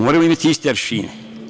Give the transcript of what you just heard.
Moramo imati iste aršine.